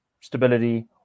stability